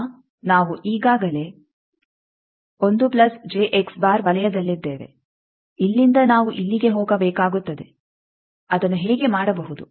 ಈಗ ನಾವು ಈಗಾಗಲೇ ವಲಯದಲ್ಲಿದ್ದೇವೆ ಇಲ್ಲಿಂದ ನಾವು ಇಲ್ಲಿಗೆ ಹೋಗಬೇಕಾಗುತ್ತದೆ ಅದನ್ನು ಹೇಗೆ ಮಾಡಬಹುದು